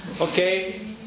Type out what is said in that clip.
Okay